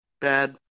bad